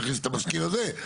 תכניס את המזכיר הזה.